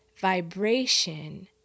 vibration